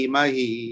Mahi